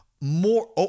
More